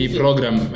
program